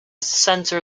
center